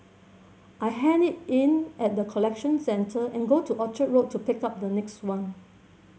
I hand it in at the collection centre and go to Orchard Road to pick up the next one